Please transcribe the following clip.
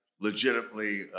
legitimately